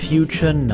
Future